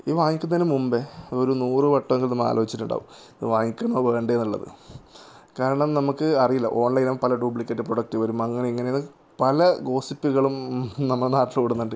ഇത് വാങ്ങിക്കുന്നതിന് മുമ്പേ ഒരു നൂറുവട്ടമെങ്കിലും നമ്മൾ ആലോചിച്ചിട്ടുണ്ടാവും ഇത് വാങ്ങിക്കണോ വേണ്ടയോ എന്നുള്ളത് കാരണം നമ്മൾക്ക് അറിയില്ല ഓൺലൈൻ ആവുമ്പോൾ പല ഡ്യൂപ്ലിക്കേറ്റ് പ്രോഡക്റ്റ് വരും അങ്ങനെ ഇങ്ങനെ ഇത് പല ഗോസിപ്പുകളും നമ്മുടെ നാട്ടിലോടുന്നുണ്ട്